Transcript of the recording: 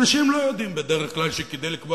אנשים לא יודעים בדרך כלל שכדי לקבוע